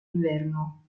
inverno